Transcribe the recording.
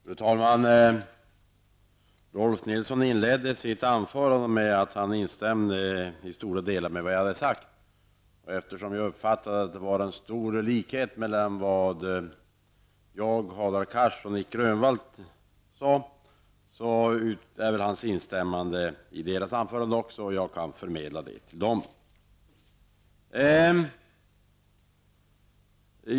Fru talman! Rolf L Nilson inledde sitt anförande med att i stora delar instämma i vad jag hade sagt. Eftersom jag anser att det fanns stor likhet mellan det som jag, Hadar Cars och Nic Grönvall sade, blir det väl också ett instämmande i deras anföranden, varför jag kan förmedla detta till dem.